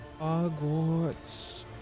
Hogwarts